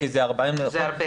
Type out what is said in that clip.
זה הרבה.